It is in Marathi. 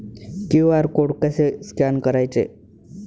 क्यू.आर कोड कसे स्कॅन करायचे?